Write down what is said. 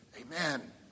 Amen